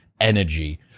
energy